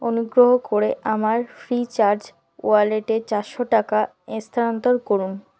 অনুগ্রহ করে আমার ফ্রিচার্জ ওয়ালেটে চারশো টাকা স্থানান্তর করুন